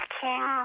King